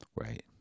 Right